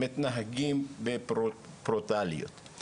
מתנהגים בברוטליות,